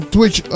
Twitch